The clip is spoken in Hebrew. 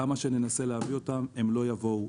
כמה שננסה להביא אותם, הם לא יבואו.